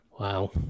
Wow